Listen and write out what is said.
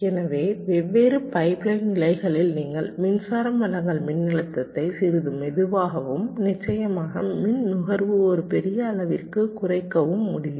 எனவே வெவ்வேறு பைப்லைன் நிலைகளில் நீங்கள் மின்சாரம் வழங்கல் மின்னழுத்தத்தை சிறிது மெதுவாகவும் நிச்சயமாக மின் நுகர்வு ஒரு பெரிய அளவிற்கு குறைக்கவும் முடியும்